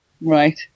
Right